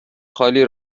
خالی